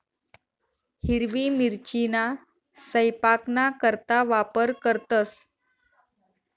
हिरवी मिरचीना सयपाकना करता वापर करतंस